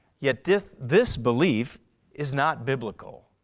yet this this belief is not biblical.